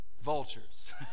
vultures